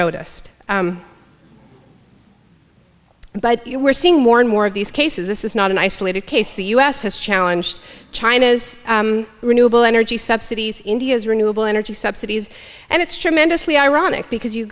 noticed but we're seeing more and more of these cases this is not an isolated case the u s has challenged china's renewable energy subsidies india's renewable energy subsidies and it's tremendously ironic because you